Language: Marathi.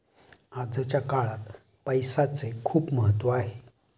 आजच्या काळात पैसाचे खूप महत्त्व आहे